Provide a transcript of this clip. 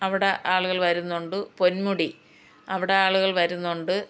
അവിടെ ആളുകൾ വരുന്നുണ്ട് പൊന്മുടി അവിടെ ആളുകൾ വരുന്നുണ്ട്